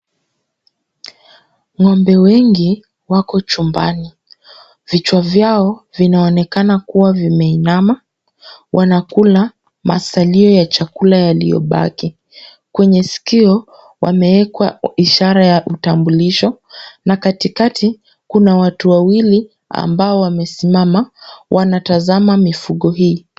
Ng'ombe wengi wako chumbani. Vichwa vyao vinaonekana kuwa vimeinama. Wanakula masalio ya chakula yaliyobaki. Kwenye sikio, wameekwa ishara ya utambulisho. Na katikati kuna watu wawili ambao wamesimama, wanatazama mifugo hii.